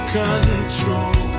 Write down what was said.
control